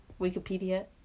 Wikipedia